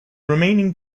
remaining